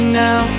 now